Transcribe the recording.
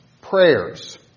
prayers